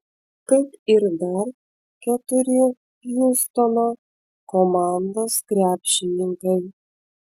kaip ir dar keturi hjustono komandos krepšininkai